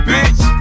Bitch